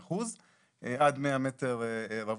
100% עד 100 מ"ר.